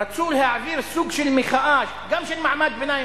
רצו להעביר סוג של מחאה גם של מעמד הביניים.